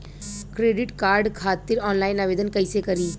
Credit card खातिर online आवेदन कइसे करि?